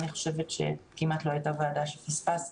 אני חושבת שכמעט לא הייתה ועדה שפספסתי.